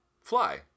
fly